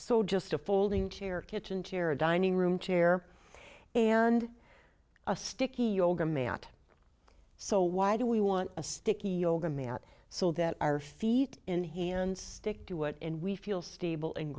so just a folding chair kitchen chair a dining room chair and a sticky yoga mat so why do we want a sticky yoga mat so that our feet and hands stick to it and we feel stable and